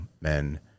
men